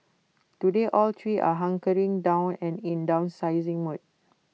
today all three are hunkering down and in downsizing mode